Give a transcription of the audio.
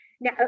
now